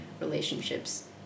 relationships